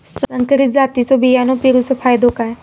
संकरित जातींच्यो बियाणी पेरूचो फायदो काय?